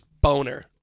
boner